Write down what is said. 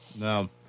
No